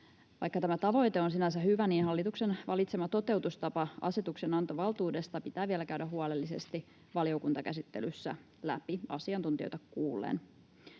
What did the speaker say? Vaikka tämä tavoite on sinänsä hyvä, hallituksen valitsema toteutustapa asetuksenantovaltuudesta pitää vielä käydä huolellisesti läpi valiokuntakäsittelyssä asiantuntijoita kuullen.